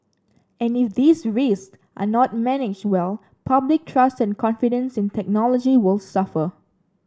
and if these risk are not managed well public trust and confidence in technology will suffer